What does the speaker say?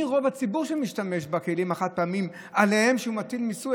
מי רוב הציבור שמשתמש בכלים החד-פעמיים שעליהם הוא מטיל מיסוי?